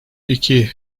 iki